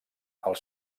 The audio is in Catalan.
els